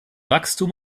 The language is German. wachstum